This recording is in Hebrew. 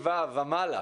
ו' ומעלה,